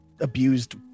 abused